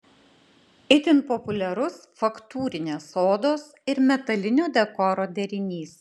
itin populiarus faktūrinės odos ir metalinio dekoro derinys